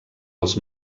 els